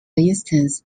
instance